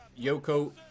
Yoko